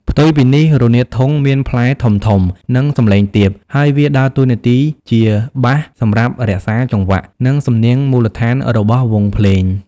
ផ្ទុយពីនេះ រនាតធុង មានផ្លែធំៗ និងសំឡេងទាប ហើយវាដើរតួនាទីជា បាស សម្រាប់រក្សាចង្វាក់ និងសំនៀងមូលដ្ឋានរបស់វង់ភ្លេង។